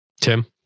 Tim